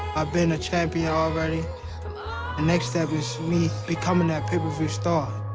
i've been a champion already. the next step is me becoming that pay-per-view star.